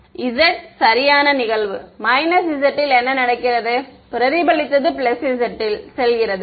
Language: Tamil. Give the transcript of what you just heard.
மாணவர் z சரியான நிகழ்வு z இல் என்ன நடக்கிறது பிரதிபலித்து z இல் செல்கிறது